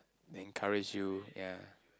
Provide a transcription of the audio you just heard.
then courage you yea